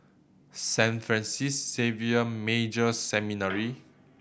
Saint Francis Xavier Major Seminary